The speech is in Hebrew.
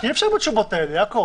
די, כי אי אפשר עם התשובות האלה, יעקב.